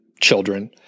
children